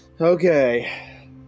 Okay